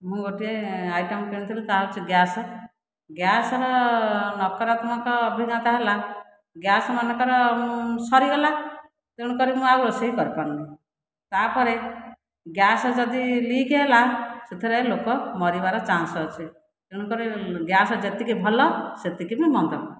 ମୁଁ ଗୋଟିଏ ଆଇଟମ୍ କିଣିଥିଲି ତାହା ହେଉଛି ଗ୍ୟାସ୍ ଗ୍ୟାସ୍ର ନକରାତ୍ମକ ଅଭିଜ୍ଞତା ହେଲା ଗ୍ୟାସ୍ ମନେକର ମୁଁ ସରିଗଲା ତେଣୁକରି ମୁଁ ଆଉ ରୋଷେଇ କରିପାରୁନାହିଁ ତା'ପରେ ଗ୍ୟାସ୍ ଯଦି ଲିକ୍ ହେଲା ସେଥିରେ ଲୋକ ମରିବାର ଚାନ୍ସ ଅଛି ଏଣୁକରି ଗ୍ୟାସ୍ ଯେତିକି ଭଲ ସେତିକି ବି ମନ୍ଦ